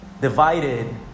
divided